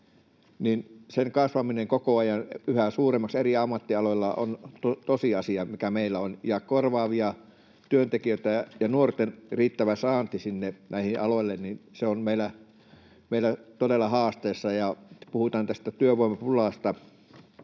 eläköitymisen kasvaminen koko ajan yhä suuremmaksi eri ammattialoilla on tosiasia, mikä meillä on, ja korvaavien työntekijöitten ja nuorten riittävä saanti näille aloille on meillä todella haasteessa. Puhutaan työvoimapulasta,